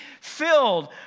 filled